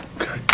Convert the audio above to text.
Okay